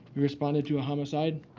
we responded to a homicide.